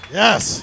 yes